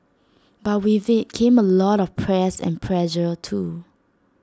but with IT came A lot of press and pressure too